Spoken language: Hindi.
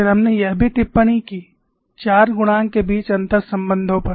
फिर हमने यह भी टिप्पणी की चार गुणांक के बीच अंतर्संबंधों पर